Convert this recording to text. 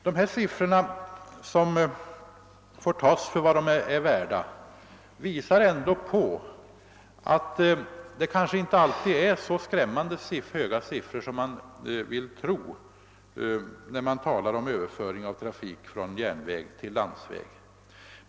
Dessa siffror, som får tas för vad de är värda, visar ändå på att det inte alltid är så skrämmande höga siffror som man ofta tror att det gäller i diskussionen om överförandet av trafik från järnväg till landsväg.